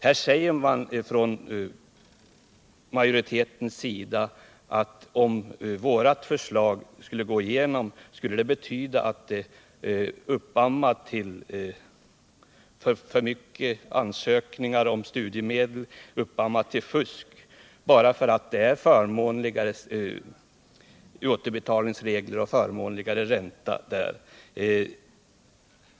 Här säger majoriteten att om vårt förslag skulle gå igenom skulle det uppamma till för många ansökningar om studiemedel och uppamma till fusk, bara för att det förslaget innebär förmånligare återbetalningsregler och förmånligare ränta.